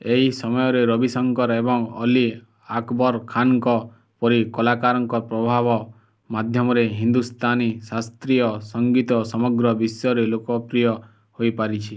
ଏହି ସମୟରେ ରବି ଶଙ୍କର ଏବଂ ଅଲି ଆକବର୍ ଖାନଙ୍କ ପରି କଳାକାରଙ୍କ ପ୍ରଭାବ ମାଧ୍ୟମରେ ହିନ୍ଦୁସ୍ତାନୀ ଶାସ୍ତ୍ରୀୟ ସଂଗୀତ ସମଗ୍ର ବିଶ୍ୱରେ ଲୋକପ୍ରିୟ ହୋଇପାରିଛି